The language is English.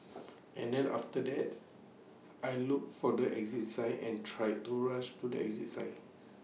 and then after that I looked for the exit sign and tried to rush to the exit sign